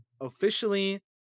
officially